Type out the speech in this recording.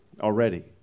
already